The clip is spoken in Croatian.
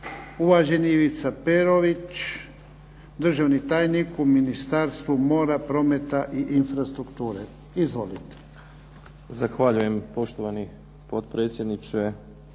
Uvaženi Ivica Perović, državni tajnik u Ministarstvu mora, prometa i infrastrukture. Izvolite. **Perović, Ivica** Zahvaljujem poštovani potpredsjedniče,